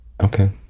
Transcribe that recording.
Okay